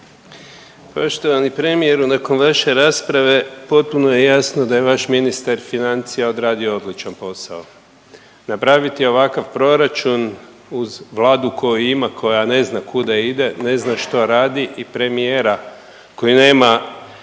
Poštovani premijeru, nakon vaše rasprave potpuno je jasno da je vaš ministar financija odradio odličan posao. Napraviti ovakav proračun uz Vladu koju ima, koja ne zna kuda ide, ne zna što radi i premijera koji nema